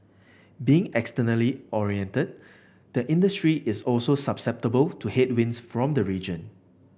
being externally oriented the industry is also susceptible to headwinds from the region